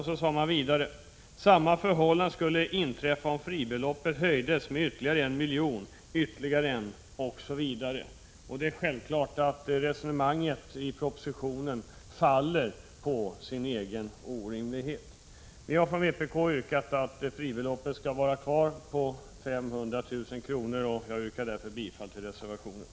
Vidare sade LO att samma förhållande skulle inträffa om fribeloppet höjdes med ännu en miljon, ytterligare en, osv. Resonemanget i propositionen faller på sin egen orimlighet. Vi från vpk anser alltså att fribeloppet skall vara kvar vid 500 000 kr., och jag yrkar därför bifall till reservation 2.